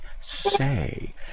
say